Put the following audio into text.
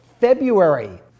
february